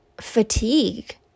fatigue